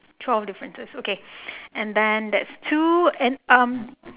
twelve differences okay then there's two and um